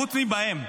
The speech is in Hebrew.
חוץ מלהתעסק בהם.